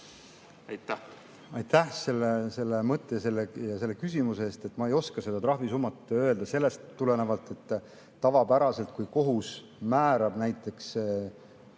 Aitäh